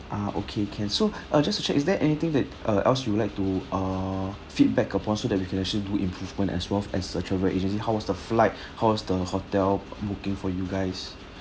ah okay can so uh just to check is there anything that uh else you would like to uh feedback upon so we can actually do improvement as well as a travel agency how was the flight how was the hotel booking for you guys